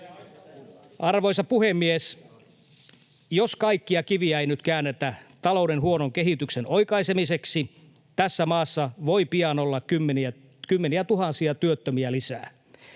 Arvoisa puhemies! Jos kaikkia kiviä ei nyt käännetä talouden huonon kehityksen oikaisemiseksi, tässä maassa voi pian olla kymmeniätuhansia työttömiä lisää.